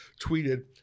tweeted